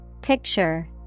picture